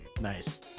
Nice